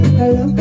hello